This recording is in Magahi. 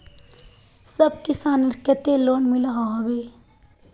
सब किसानेर केते लोन मिलोहो होबे?